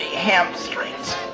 Hamstrings